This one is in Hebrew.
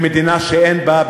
במדינה שאין בה,